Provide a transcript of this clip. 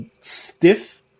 stiff